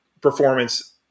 performance